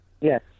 Yes